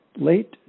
late